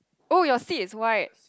oh your seat is white